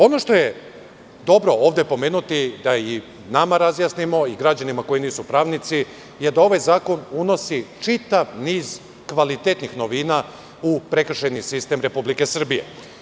Ono što je dobro ovde pomenuti, da i nama razjasnimo i građanima koji nisu pravnici jeste da ovaj zakon unosi čitav niz kvalitetnih novina u prekršajni sistem Republike Srbije.